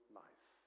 life